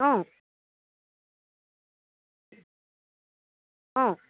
অ' অ'